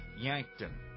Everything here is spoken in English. Yankton